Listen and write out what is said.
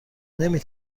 نمی